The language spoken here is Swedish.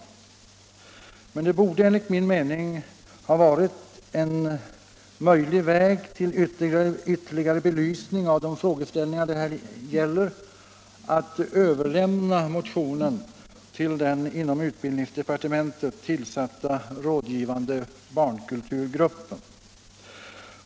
Men det borde enligt min mening ha varit en möjlig väg till ytterligare belysning av de frågeställningar det här gäller att överlämna motionen till den inom utbildningsdepartementet tillsatta rådgivande barnkulturgruppen.